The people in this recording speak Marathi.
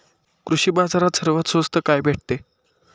कृषी बाजारात सर्वात स्वस्त काय भेटते?